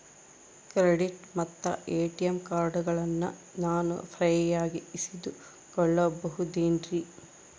Credit ಮತ್ತ ATM ಕಾರ್ಡಗಳನ್ನ ನಾನು ಫ್ರೇಯಾಗಿ ಇಸಿದುಕೊಳ್ಳಬಹುದೇನ್ರಿ?